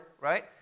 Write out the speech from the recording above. right